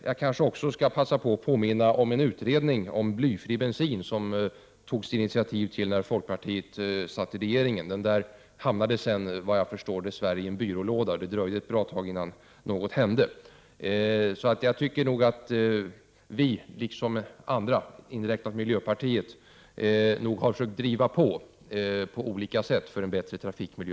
Jag skall också passa på att påminna om en utredning om blyfri bensin som det togs initiativ till när folkpartiet satt i regeringsställning. Enligt vad jag har förstått hamnade utredningen sedan dess värre i en byrålåda. Det dröjde ett bra tag innan något hände. Jag tycker nog att vi liksom andra, miljöpartiet inräknat, på olika sätt har försökt driva på för en bättre trafikmiljö.